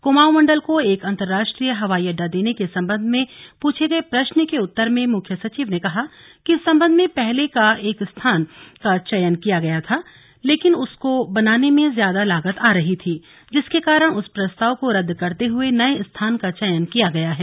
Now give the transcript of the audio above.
कुमाऊं मंडल को एक अंतरराष्ट्रीय हवाई अड्डा देने के संबंध में पूछे गए प्रश्न के उत्तर में मुख्य सचिव ने कहा कि इस संबंध में पहले एक स्थान का चयन किया गया था लेकिन उसको बनाने में ज्यादा लागत आ रही थी जिसके कारण उस प्रस्ताव को रद्द करते हुए नए स्थान का चयन किया गया है